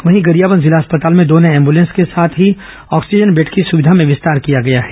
वहीं गरियाबंद जिला अस्पताल में दो नए एंबुलेंस के साथ ही ऑक्सीजन बेड की सुविधा में विस्तार किया गया है